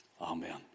Amen